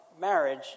marriage